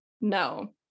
No